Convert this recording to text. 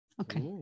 Okay